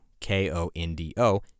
K-O-N-D-O